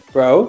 Bro